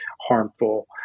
harmful